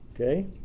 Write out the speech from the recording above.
okay